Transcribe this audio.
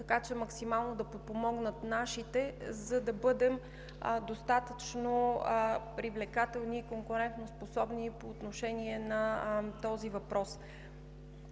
така че максимално да подпомогнат нашите, за да бъдем достатъчно привлекателни и конкурентоспособни по този въпрос.